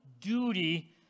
duty